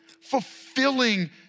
fulfilling